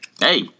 Hey